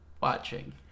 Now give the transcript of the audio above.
watching